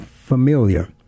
Familiar